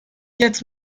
jetzt